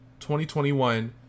2021